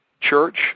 Church